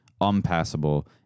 unpassable